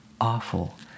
awful